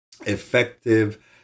effective